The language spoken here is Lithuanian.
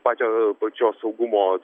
pačio pačios saugumo